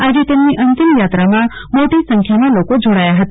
આજે તેમની અંતિમયાત્રામાં મોટી સંખ્યામાં લોકો જોડાયા હતા